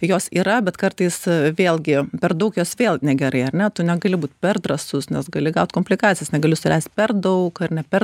jos yra bet kartais vėlgi per daug jos vėl negerai ar ne tu negali būt per drąsus nes gali gaut komplikacijas negali suleist per daug ar ne per